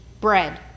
bread